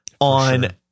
on